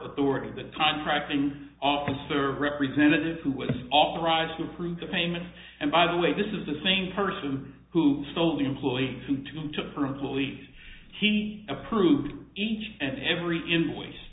the contracting officer representative who was authorized to approve the payment and by the way this is the same person who sold the employee who took her employees he approved each and every